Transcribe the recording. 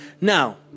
Now